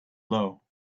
low